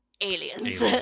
aliens